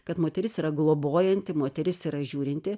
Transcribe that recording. kad moteris yra globojanti moteris yra žiūrinti